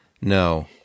no